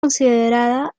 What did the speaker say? considerada